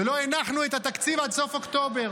שלא הנחנו את התקציב עד סוף אוקטובר.